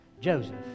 Joseph